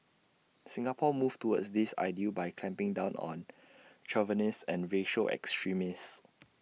Singapore moved towards this ideal by clamping down on chauvinists and racial extremists